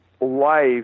life